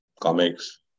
comics